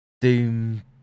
doom